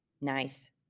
nice